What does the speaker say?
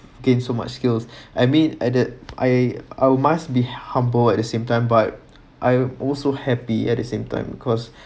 gain so much skills I mean at the I I must be humble at the same time but I also happy at the same time because